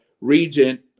Regent